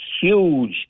huge